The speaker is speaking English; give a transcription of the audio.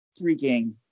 freaking